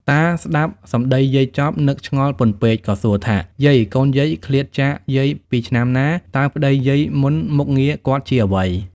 តាស្ដាប់សំដីយាយចប់ នឹកឆ្ងល់ពន់ពេកក៏សួរថា យាយ កូនយាយ ឃ្លាតចាកយាយពីឆ្នាំណា តើប្ដីយាយមុនមុខងារគាត់ជាអ្វី ។